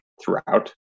throughout